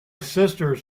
sisters